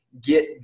get